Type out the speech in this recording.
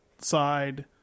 side